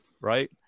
right